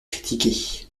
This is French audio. critiqué